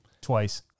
twice